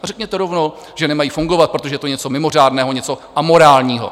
A řekněte rovnou, že nemají fungovat, protože je to něco mimořádného, něco amorálního.